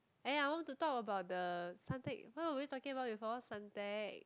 eh I want to talk about the Suntec what were we talking about before Suntec